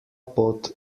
pot